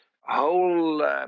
whole